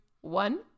one